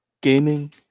gaming